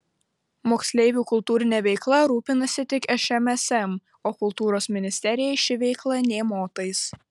moksleivių kultūrine veikla rūpinasi tik šmsm o kultūros ministerijai ši veikla nė motais